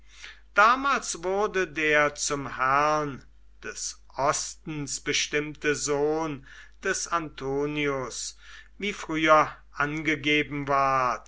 damals wurde der zum herrn des ostens bestimmte sohn des antonius wie früher angegeben ward